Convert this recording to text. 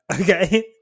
okay